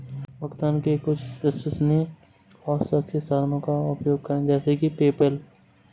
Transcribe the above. भुगतान के कुछ विश्वसनीय और सुरक्षित साधनों का उपयोग करें जैसे कि पेपैल